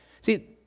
See